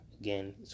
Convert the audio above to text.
again